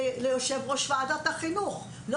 ליושב-ראש ועדת החינוך במה שאתה חווה,